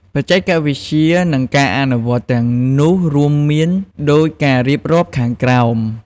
បច្ចេកវិទ្យា និងការអនុវត្តទាំងនោះរួមមានដូចការរៀបរាប់ខាងក្រោម។